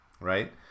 right